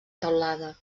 teulada